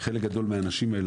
שחלק גדול מהאנשים האלה,